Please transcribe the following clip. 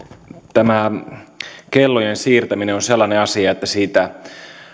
tämä kellojen siirtäminen on sellainen asia että siitä